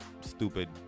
stupid